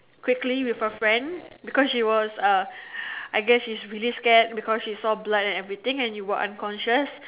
quickly with her friend because she was uh I guess she's really scared because she saw blood and everything and you were unconscious